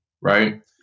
right